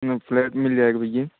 flat मिल जाएगा भैया